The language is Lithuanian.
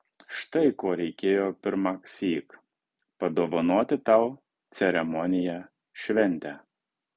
štai ko reikėjo pirmąsyk padovanoti tau ceremoniją šventę